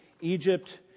Egypt